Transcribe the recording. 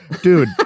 dude